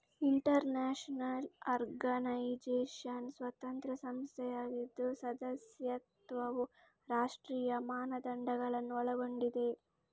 inter national organisation ಸ್ವತಂತ್ರ ಸಂಸ್ಥೆಯಾಗಿದ್ದು ಸದಸ್ಯತ್ವವು ರಾಷ್ಟ್ರೀಯ ಮಾನದಂಡಗಳನ್ನು ಒಳಗೊಂಡಿದೆ